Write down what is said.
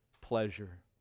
pleasure